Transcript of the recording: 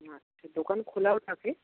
আচ্ছা দোকান খোলাও থাকে